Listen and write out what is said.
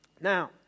Now